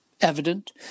evident